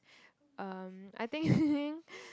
um I think